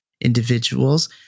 individuals